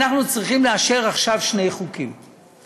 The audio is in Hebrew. אנחנו צריכים לאשר עכשיו שני חוקים,